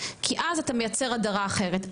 כי אז אתה מייצר הדרה אחרת,